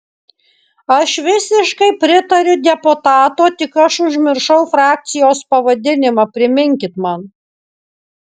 aš visiškai pritariu deputato tik aš užmiršau frakcijos pavadinimą priminkit man